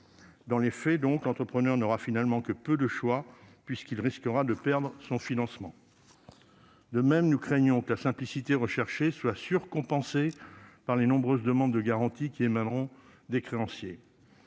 Dans les faits, donc, l'entrepreneur n'aura finalement que peu de choix, puisqu'il risquera de perdre son financement. De même, nous craignons que la simplicité recherchée soit plus que compensée par les nombreuses demandes de garanties qui émaneront des créanciers.